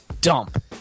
dump